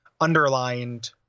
underlined